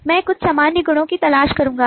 मैं कुछ सामान्य गुणों की तलाश करूंगा